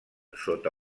sota